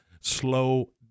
slow